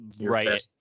right